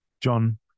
John